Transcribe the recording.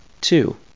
Two